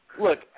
look